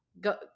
go